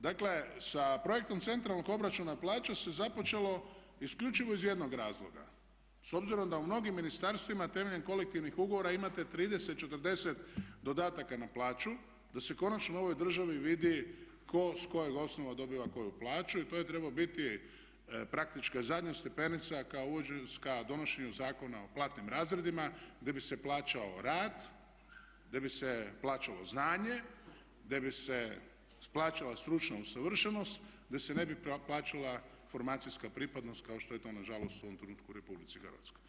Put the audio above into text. Dakle sa projektom centralnog obračuna plaća se započelo isključivo iz jednog razloga, s obzirom da u mnogim ministarstvima temeljem kolektivnih ugovora imate 30, 40 dodataka na plaću da se konačno u ovoj državi vidi ko s kojeg osnova dobiva koju plaću i to je trebao biti praktički zadnja stepenica ka donošenju Zakona o platnim razredima gdje bi se plaćao rad, gdje bi se plaćalo znanje, gdje bi se plaćala stručna usavršenost, gdje se ne bi plaćala formacijska pripadnost kao što je to nažalost u ovom trenutku u RH.